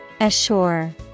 Assure